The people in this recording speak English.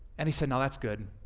and he said, no, that's good.